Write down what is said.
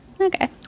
Okay